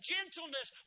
Gentleness